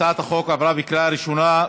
הצעת החוק עברה בקריאה ראשונה,